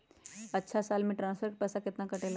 अछा साल मे ट्रांसफर के पैसा केतना कटेला?